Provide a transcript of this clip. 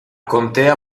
contea